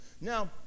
Now